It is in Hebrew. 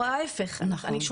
הוא ההפך.